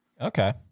Okay